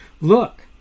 Look